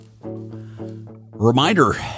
Reminder